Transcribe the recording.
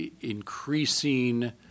increasing